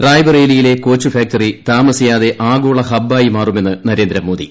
റായ്ബറേലിയിലെ coach factory താമസിയാതെ ആഗോള ഹബ്ബായി മാറുമെന്ന് നരേന്ദ്രമോദി